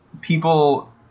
people